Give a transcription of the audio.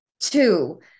Two